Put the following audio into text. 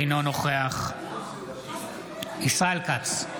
אינו נוכח ישראל כץ,